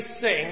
sing